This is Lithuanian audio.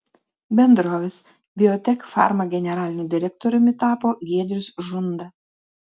bendrovės biotechfarma generaliniu direktoriumi tapo giedrius žunda